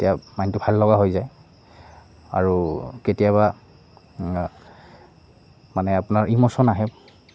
তেতিয়া মাইণ্ডটো ভাললগা হৈ যায় আৰু কেতিয়াবা মানে আপোনাৰ ইমশ্যন আহে